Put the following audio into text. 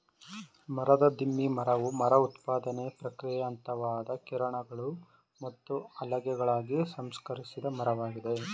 ಮರದ ದಿಮ್ಮಿ ಮರವು ಮರ ಉತ್ಪಾದನೆಯ ಪ್ರಕ್ರಿಯೆಯ ಹಂತವಾದ ಕಿರಣಗಳು ಮತ್ತು ಹಲಗೆಗಳಾಗಿ ಸಂಸ್ಕರಿಸಿದ ಮರವಾಗಿದೆ